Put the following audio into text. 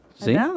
See